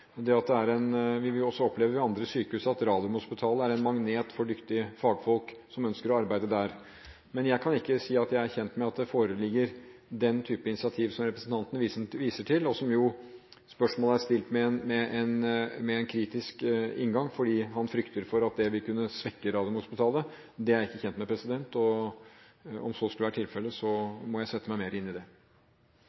det negative. Vi vil jo også ved andre sykehus oppleve at Radiumhospitalet er en magnet for dyktige fagfolk som ønsker å arbeide der. Men jeg kan ikke si at jeg er kjent med at det foreligger den type initiativ som representanten viser til. Spørsmålet er stilt med en kritisk inngang, fordi han frykter for at det vil kunne svekke Radiumhospitalet. Det er jeg ikke kjent med, og om så skulle være tilfelle,